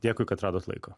dėkui kad radot laiko